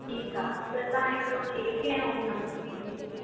ठीकु आहे त तव्हां हिकिड़ो केक ऐं नमकीन जी पेटी पैक करे रखिजो